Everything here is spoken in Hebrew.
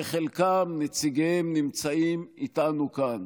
שחלקם, נציגיהם, נמצאים איתנו כאן.